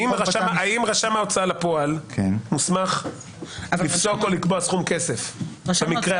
האם רשם ההוצאה לפועל מוסמך לפסוק או לקבוע סכום כסף במקרה הזה?